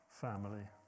family